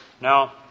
Now